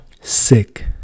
sick